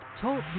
Talk